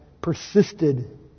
persisted